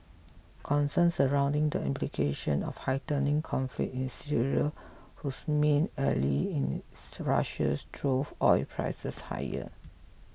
concerns surrounding the implication of heightening conflict in Syria whose main ally in to Russia's drove oil prices higher